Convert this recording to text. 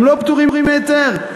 הם לא פטורים מהיתר.